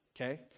okay